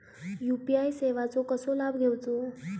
UPI सेवाचो कसो लाभ घेवचो?